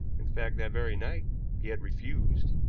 in fact, that very night he had refused,